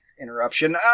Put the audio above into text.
interruption